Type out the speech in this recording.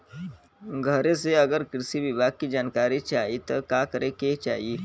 घरे से अगर कृषि विभाग के जानकारी चाहीत का करे के चाही?